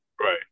right